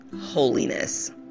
holiness